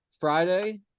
Friday